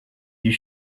you